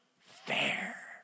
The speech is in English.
fair